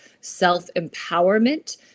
self-empowerment